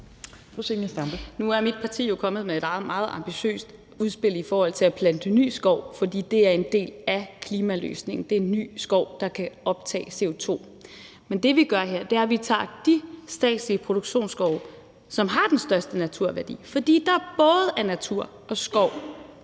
Nu er mit parti jo kommet med et meget ambitiøst udspil i forhold til at plante ny skov, for det er en del af klimaløsningen. Det er ny skov, der kan optage CO2. Men det, vi gør her, er, at vi tager de statslige produktionsskove, som har den største naturværdi, fordi der både er natur og